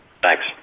Thanks